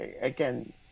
again